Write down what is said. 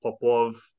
Popov